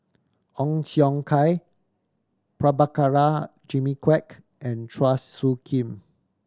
Ong Siong Kai Prabhakara Jimmy Quek and Chua Soo Khim